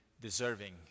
deserving